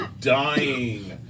dying